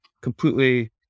completely